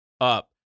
up